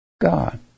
God